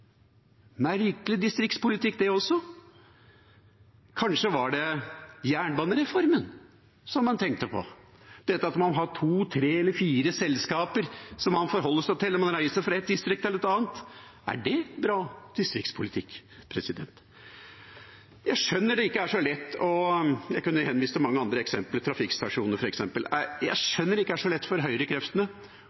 distriktspolitikk det også. Kanskje var det jernbanereformen hun tenkte på – det at man har to, tre eller fire selskaper som man forholder seg til når man reiser fra et distrikt til et annet? Er det bra distriktspolitikk? Jeg kunne henvist til mange andre eksempler, trafikkstasjoner f.eks., men jeg skjønner det ikke er så lett